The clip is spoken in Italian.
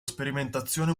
sperimentazione